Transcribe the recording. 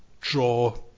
draw